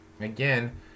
again